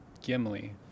Gimli